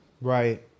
right